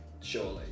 surely